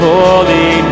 holy